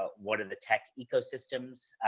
ah what are the tech ecosystems.